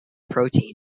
protein